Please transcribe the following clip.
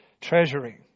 treasury